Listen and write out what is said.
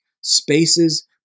spaces